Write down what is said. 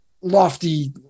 lofty